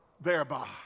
thereby